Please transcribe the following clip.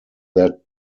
that